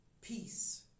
peace